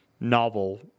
novel